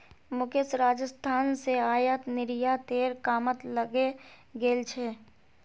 मुकेश राजस्थान स आयात निर्यातेर कामत लगे गेल छ